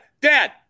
Dad